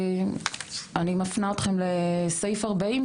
אני מפנה אתכם לסעיף 40,